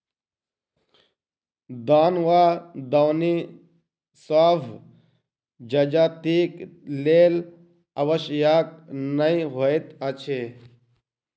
दौन वा दौनी सभ जजातिक लेल आवश्यक नै होइत अछि